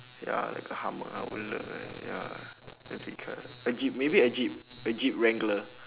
ya like a hummer I would love a ya car a jeep maybe a jeep a jeep wrangler